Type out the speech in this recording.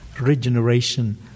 regeneration